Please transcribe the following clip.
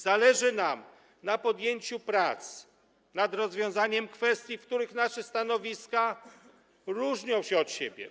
Zależy nam na podjęciu prac nad rozwiązaniem kwestii, w których nasze stanowiska różnią się od siebie.